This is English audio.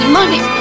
money